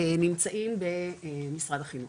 נמצאים במשרד החינוך.